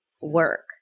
work